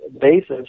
basis